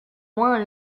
moins